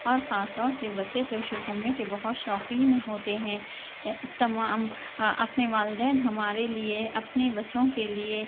اور خاص طور سے بچے تو شیر خورمے کے بہت شوقین ہوتے ہیں تمام اپنے والدین ہمارے لیے اپنے بچّوں کے لیے